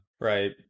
right